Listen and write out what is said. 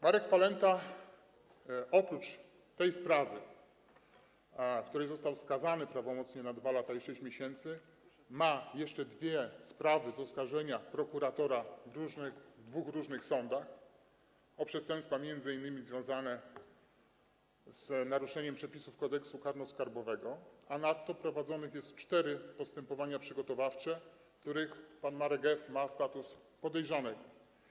Marek Falenta oprócz tej sprawy, w której został skazany prawomocnie na 2 lata i 6 miesięcy, ma jeszcze dwie sprawy z oskarżenia prokuratora w dwóch różnych sądach o przestępstwa m.in. związane z naruszeniem przepisów Kodeksu karnego skarbowego, a nadto prowadzone są cztery postępowania przygotowawcze, w których pan Marek F. ma status podejrzanego.